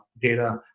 data